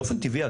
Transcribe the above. באופן טבעי,